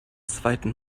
zweiten